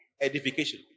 edification